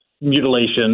mutilation